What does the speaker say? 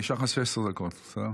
נשארו לך 16 דקות, בסדר?